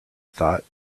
thought